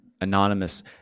anonymous